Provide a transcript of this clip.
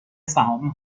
سهام